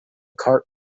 cart